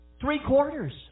Three-quarters